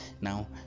Now